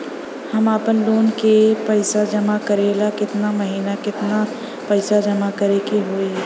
हम आपनलोन के पइसा जमा करेला केतना महीना केतना पइसा जमा करे के होई?